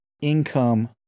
Income